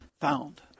found